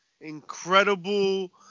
incredible